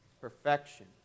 perfection